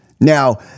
Now